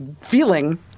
feeling